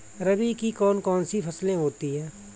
रबी की कौन कौन सी फसलें होती हैं?